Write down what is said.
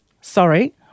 sorry